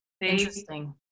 Interesting